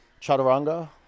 Chaturanga